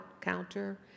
counter